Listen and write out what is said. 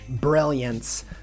brilliance